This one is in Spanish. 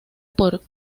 por